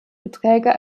beträge